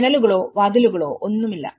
ജനലുകളോ വാതിലുകളോ ഒന്നുമില്ല